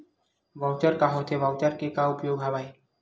Voucher का होथे voucher के का उपयोग हवय?